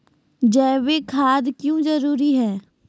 जैविक खाद क्यो जरूरी हैं?